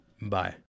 Bye